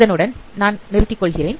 இதனுடன் நான் நிறுத்திக் கொள்கிறேன்